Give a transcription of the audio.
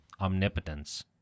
omnipotence